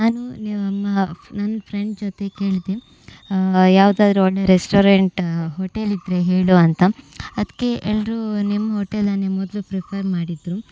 ನಾನು ನನ್ನ ಫ್ರೆಂಡ್ ಜೊತೆ ಕೇಳಿದೆ ಯಾವುದಾದ್ರು ಒಳ್ಳೆಯ ರೆಸ್ಟೋರೆಂಟ ಹೋಟೆಲ್ ಇದ್ದರೆ ಹೇಳು ಅಂತ ಅದಕ್ಕೆ ಎಲ್ಲರೂ ನಿಮ್ಮ ಹೋಟೆಲನ್ನೇ ಮೊದಲು ಪ್ರಿಫರ್ ಮಾಡಿದ್ದರು